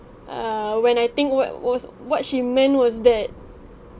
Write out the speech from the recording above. err when I think what was what she meant was that